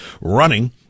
running